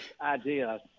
idea